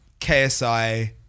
KSI